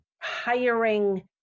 hiring